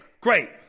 great